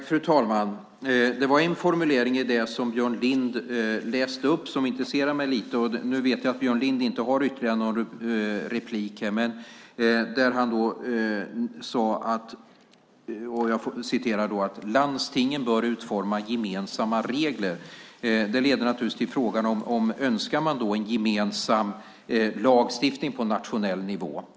Fru talman! Det fanns en formulering i det som Björn Lind läste upp som lite grann intresserar mig. Jag vet att Björn Lind inte har rätt till ytterligare inlägg, men han sade att landstingen bör utforma gemensamma regler. Det leder naturligtvis till frågan om man önskar en gemensam lagstiftning, på nationell nivå.